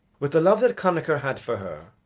with the love that connachar had for her,